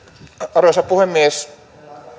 arvoisa puhemies